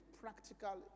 practical